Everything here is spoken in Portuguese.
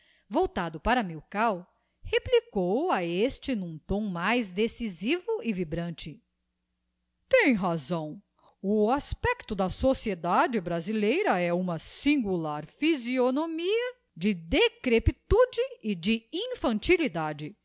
voltado para milkau replicou a este n'um tom mais decisivo e vibrante tem razão o aspecto da sociedade brasileira é uma singular physionomia de